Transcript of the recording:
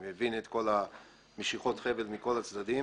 אני מבין את כל משיכות החבל מכל הצדדים.